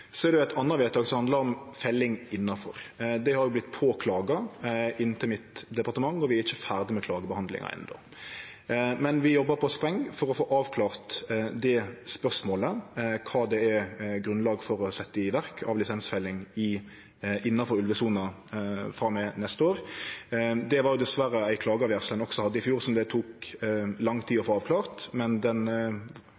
Så er det eit anna vedtak som handlar om felling innanfor ulvesona. Det har vorte klaga inn til mitt departement, og vi er ikkje ferdige med klagebehandlinga enno, men vi jobbar på spreng for å få avklart det spørsmålet, kva det er grunnlag for å setje i verk av lisensfelling innanfor ulvesona frå og med neste år. Det var diverre ei klageavgjersle ein også hadde i fjor, som det tok lang tid å